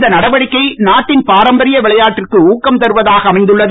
இந்த நடவடிக்கை நாட்டின் பாரம்பரிய விளையாட்டிற்கு ஊக்கம் தருவதாக அமைந்துள்ளது